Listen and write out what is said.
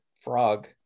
frog